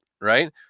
right